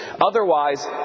Otherwise